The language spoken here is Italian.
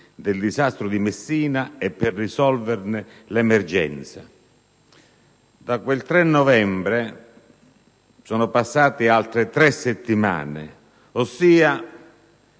del disastro di Messina e per risolverne l'emergenza. Da quel 3 novembre sono passate altre tre settimane: il